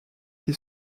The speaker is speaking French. qui